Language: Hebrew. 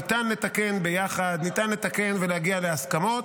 ניתן לתקן ביחד, ניתן לתקן ולהגיע להסכמות,